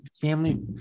family